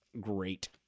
great